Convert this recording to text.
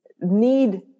need